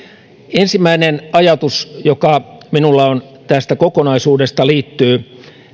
ensimmäinen ajatus joka minulla on tästä kokonaisuudesta liittyy